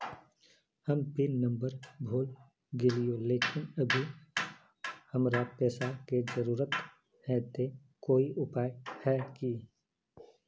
हम pin number भूल गेलिये लेकिन अभी हमरा पैसा के जरुरत है ते कोई उपाय है की?